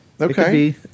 Okay